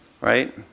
right